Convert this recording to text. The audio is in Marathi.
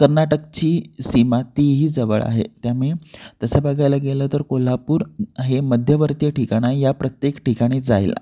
कर्नाटकची सीमा तीही जवळ आहे त्यामुळे तसं बघायला गेलं तर कोल्हापूर हे मध्यवर्तीय ठिकाण या प्रत्येक ठिकाणी जायला